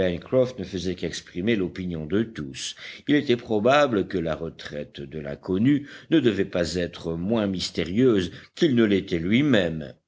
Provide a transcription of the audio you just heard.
ne faisait qu'exprimer l'opinion de tous il était probable que la retraite de l'inconnu ne devait pas être moins mystérieuse qu'il ne l'était lui-même